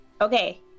okay